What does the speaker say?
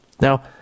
Now